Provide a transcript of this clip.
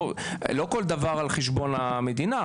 לא כל דבר על חשבון המדינה,